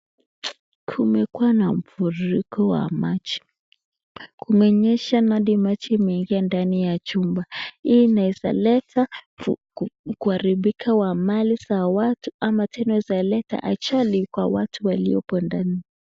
Kumekuwa na mfuriko wa maji ,kumenyesha na hadi maji imeingia ndani ya chumba. Hii inaweza leta kuharibika wa mali za watu ama tena inaweza leta ajali kwa watu waliopo ndani.